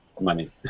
money